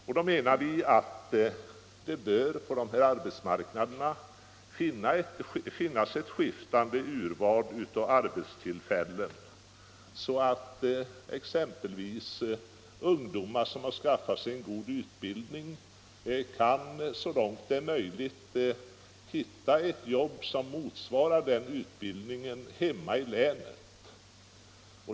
Och då menar vi att det på dessa arbetsmarknader bör finnas ett skiftande urval av arbetstillfällen, så att exempelvis ungdomar som har skaffat sig en god utbildning kan hitta ett jobb som motsvarar denna utbildning i sitt hemlän.